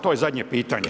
To je zadnje pitanje.